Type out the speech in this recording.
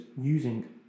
using